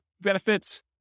benefits